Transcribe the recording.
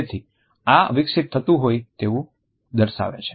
તેથી આ વિકસિત થતું હોય તેવું દર્શાવે છે